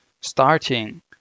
starting